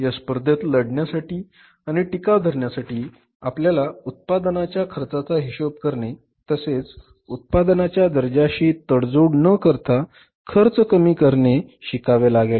या स्पर्धेत लढण्यासाठी आणि टिकाव धरण्यासाठी आपल्याला आपल्या उत्पादनांच्या खर्चाचा हिशोब करणे तसेच उत्पादनाच्या दर्जाशी तडजोड न करता खर्च कमी करणे शिकावे लागेल